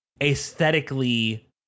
aesthetically